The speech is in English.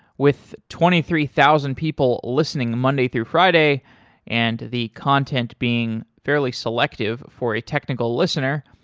with twenty three thousand people listening monday through friday and the content being fairly selective for a technical listener,